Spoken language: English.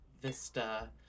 Vista